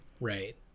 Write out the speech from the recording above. Right